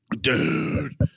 dude